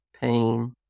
pain